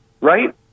Right